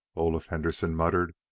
olaf henderson muttered,